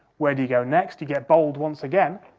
where do you go next? you get bold once again.